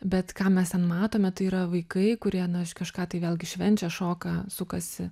bet ką mes ten matome tai yra vaikai kurie na aš kažką tai vėlgi švenčia šoka sukasi